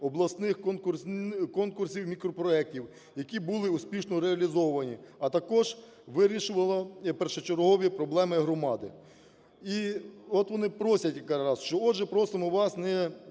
обласних конкурсів мікропроектів, які були успішно реалізовані, а також вирішувала першочергові проблеми громади". І от вони просять якраз: "Отже, просимо вас не